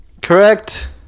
Correct